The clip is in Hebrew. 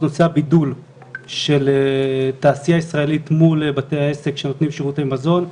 נושא הבידול של תעשייה ישראלית מול בתי העסק שנותנים שירותי מזון.